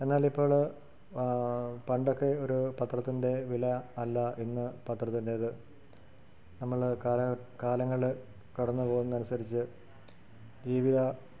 എന്നാലിപ്പോൾ പണ്ടൊക്കെ ഒരു പത്രത്തിൻ്റെ വില അല്ല ഇന്ന് പത്രത്തിൻ്റേത് നമ്മൾ കാല കാലങ്ങൾ കടന്നു പോകുന്നതിനനുസരിച്ച് ജീവിത